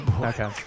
Okay